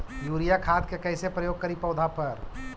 Urea खाद के कैसे प्रयोग करि पौधा पर?